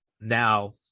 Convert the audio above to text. now